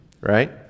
Right